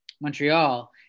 Montreal